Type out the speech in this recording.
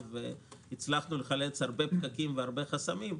והצלחנו לחלץ הרבה פקקים והרבה חסמים,